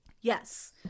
Yes